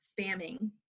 spamming